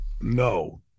No